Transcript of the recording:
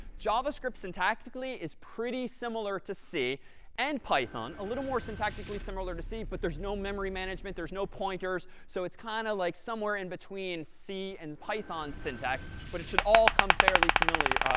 javascript syntactically is pretty similar to c and python, a little more syntactically similar to c, but there's no memory management. there's no pointers. so it's kind of like somewhere in between c and python syntax. but it should all come fairly familiar